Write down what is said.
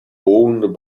owned